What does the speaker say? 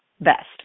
best